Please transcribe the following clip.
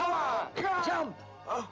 oh oh